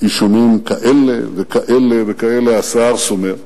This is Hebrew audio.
אישומים כאלה, וכאלה, וכאלה, השיער סומר,